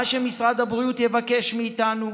מה שמשרד הבריאות יבקש מאיתנו,